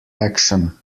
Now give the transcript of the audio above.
action